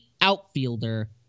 outfielder